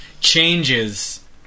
changes